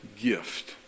Gift